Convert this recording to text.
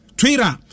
twitter